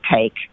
take